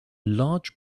large